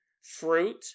fruit